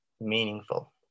meaningful